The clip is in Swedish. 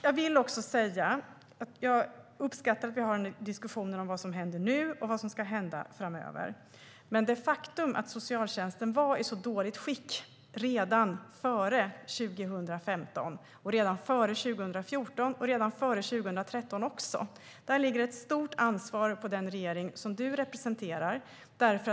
Jag vill också säga att jag uppskattar att vi har diskussioner om vad som händer nu och vad som ska hända framöver. Men när det gäller det faktum att socialtjänsten var i så dåligt skick redan före 2015 - och redan före 2014 och 2013 också - ligger det ett stort ansvar på den regering där ditt parti ingick, Johan Hultberg.